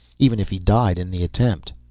even if he died in the attempt.